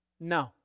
No